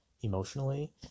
emotionally